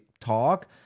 talk